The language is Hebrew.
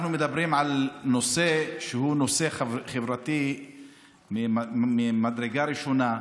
אנחנו מדברים על נושא שהוא נושא חברתי ממדרגה ראשונה.